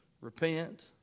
repent